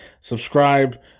Subscribe